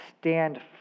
stand